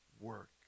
work